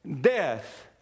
death